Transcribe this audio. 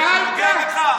זה נוגע לך?